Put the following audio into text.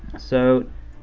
so,